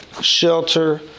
shelter